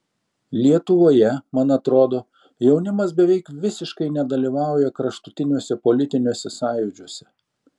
lietuvoje man atrodo jaunimas beveik visiškai nedalyvauja kraštutiniuose politiniuose sąjūdžiuose